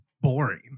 boring